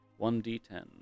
1d10